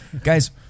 guys